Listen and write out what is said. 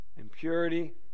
impurity